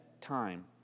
time